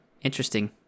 interesting